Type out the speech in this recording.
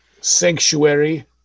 Sanctuary